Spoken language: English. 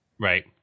Right